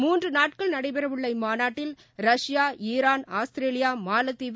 மூன்றுநாட்கள் நடைபெறவுள்ள இம்மாநாட்டில் Russia Iran Australia மாலத்தீவு